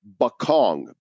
Bakong